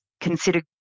consider